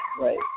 right